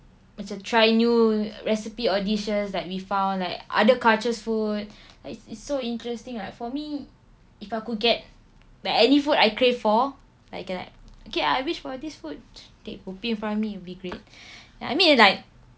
macam try new recipe or dishes that we found like other cultures' food like it's so interesting like for me if I could get like any food I crave for I can like okay I wish for this food then it will appear in front of me it'll be great ya I mean like